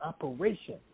operation